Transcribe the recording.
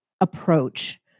approach